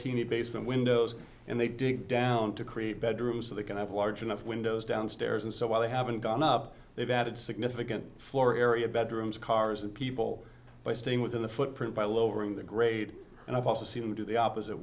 teeny basement windows and they dig down to create bedrooms so they can have large enough windows downstairs and so while they haven't gone up they've added significant floor area bedrooms cars and people by staying within the footprint by lowering the grade and i've also seen them do the opposite